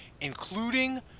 including